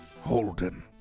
Holden